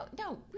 no